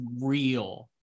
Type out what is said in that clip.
real